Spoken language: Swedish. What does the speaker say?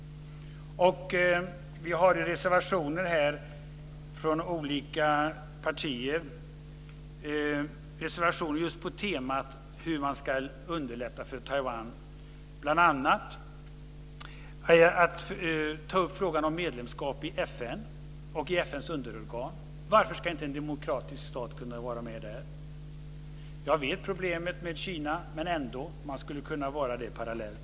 Vi har reservationer från olika partier just på temat hur man ska underlätta för Taiwan, bl.a. att ta upp frågan om medlemskap i FN och i FN:s underorgan. Varför ska inte en demokratisk stat kunna vara med där? Jag vet att det är ett problem med Kina, men Taiwan skulle ändå kunna vara med i FN parallellt.